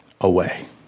away